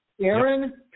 Aaron